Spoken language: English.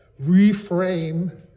reframe